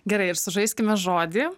gerai ir sužaiskime žodį